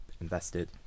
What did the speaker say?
invested